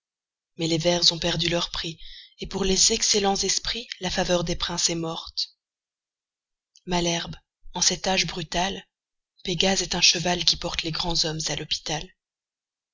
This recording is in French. mais les vers ont perdu leur prix et pour les excellents esprits la faveur des princes est morte malherbe en cet âge brutal pégase est un cheval qui porte les grands hommes à l'hôpital